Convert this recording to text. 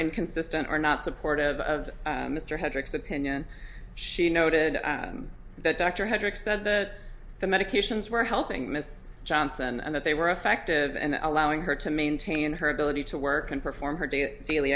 inconsistent are not supportive of mr hendricks opinion she noted that dr hendricks said that the medications were helping miss johnson and that they were effective and allowing her to maintain her ability to work and perform her daily daily